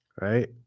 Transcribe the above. Right